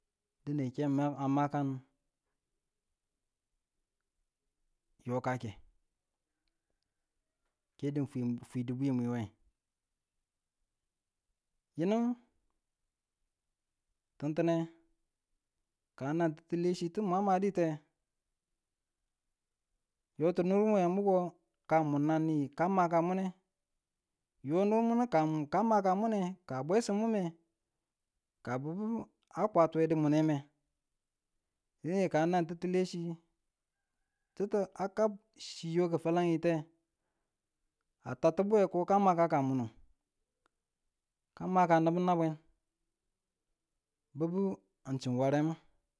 Dine ke ma amakan, yokake, kedu fwi- fwidimiye, yinu tintine kanan titile chi tama di te yo ti nirwe muko ka mun ni ka maka mune yo nu mune ka mun kan ma ka mune bwesimu me ka bubu a kwata dimweneme dine ka nan titile chi titi a kab chi yo ki fwalenyite a tat buye koka makaka mune kama nibu nwabwen bubu n chi waremu.